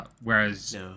Whereas